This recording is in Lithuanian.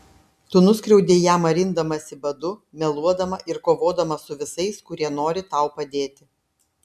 tu nuskriaudei ją marindamasi badu meluodama ir kovodama su visais kurie nori tau padėti